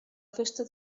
festa